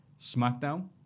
Smackdown